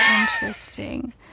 Interesting